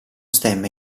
stemma